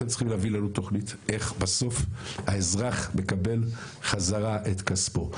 אתם צריכים להביא לנו תוכנית איך בסוף האזרח מקבל בסוף חזרה את כספו.